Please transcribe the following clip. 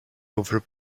over